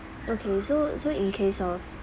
okay so so in case of